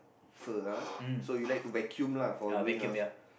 fur ah so you like to vacuum lah for doing house